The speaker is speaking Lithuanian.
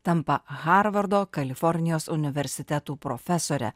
tampa harvardo kalifornijos universitetų profesore